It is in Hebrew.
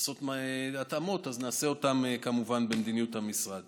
לעשות התאמות, נעשה אותן, כמובן, במדיניות המשרד